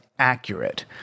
accurate